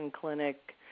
clinic